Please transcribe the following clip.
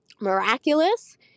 miraculous